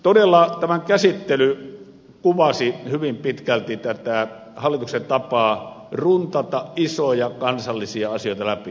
todella tämän käsittely kuvasi hyvin pitkälti tätä hallituksen tapaa runtata isoja kansallisia asioita läpi